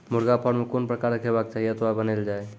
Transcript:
मुर्गा फार्म कून प्रकारक हेवाक चाही अथवा बनेल जाये?